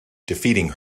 defeating